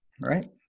right